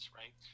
right